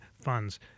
funds